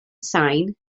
sain